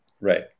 Right